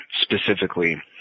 specifically